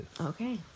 Okay